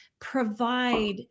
provide